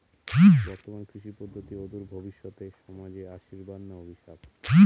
বর্তমান কৃষি পদ্ধতি অদূর ভবিষ্যতে সমাজে আশীর্বাদ না অভিশাপ?